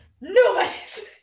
nobody's